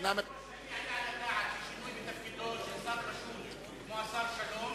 האם יעלה על הדעת ששינוי בתפקיד חשוב כמו של השר שלום